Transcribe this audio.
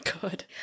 Good